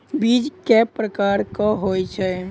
बीज केँ प्रकार कऽ होइ छै?